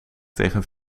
tegen